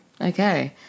Okay